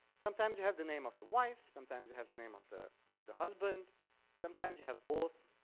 sometimes you have the name of the wife, sometimes you have the name of the of the husband sometimes you have both.